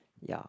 ya